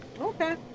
Okay